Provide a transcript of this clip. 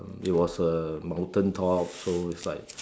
it was a mountain top so it's like